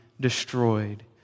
destroyed